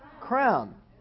crown